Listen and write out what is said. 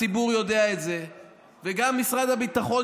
הציבור יודע את זה וגם משרד הביטחון